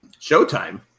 Showtime